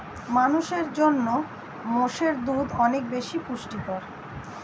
মানুষের জন্য মোষের দুধ অনেক বেশি পুষ্টিকর